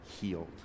healed